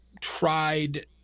tried